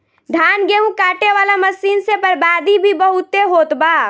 धान, गेहूं काटे वाला मशीन से बर्बादी भी बहुते होत बा